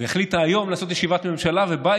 והחליטה היום לעשות ישיבת ממשלה ובה